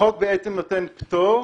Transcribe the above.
החוק נותן פטור